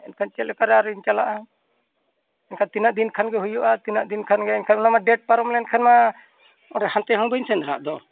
ᱮᱱᱠᱷᱟᱱ ᱪᱮᱫ ᱞᱮᱠᱟᱨᱮ ᱟᱨᱤᱧ ᱪᱟᱞᱟᱜᱼᱟ ᱮᱱᱠᱷᱟᱱ ᱛᱤᱱᱟᱹᱜ ᱫᱤᱱ ᱠᱷᱟᱱ ᱜᱮ ᱦᱩᱭᱩᱜᱼᱟ ᱛᱤᱱᱟᱹᱜ ᱫᱤᱱ ᱠᱷᱟᱱ ᱜᱮ ᱮᱱᱠᱷᱟᱱ ᱚᱱᱟ ᱢᱟ ᱰᱮᱴ ᱯᱟᱨᱚᱢ ᱞᱮᱱᱠᱷᱟᱱ ᱢᱟ ᱦᱟᱱᱛᱮ ᱦᱚᱸ ᱵᱟᱹᱧ ᱥᱮᱱ ᱫᱟᱲᱮᱭᱟᱜ ᱫᱚ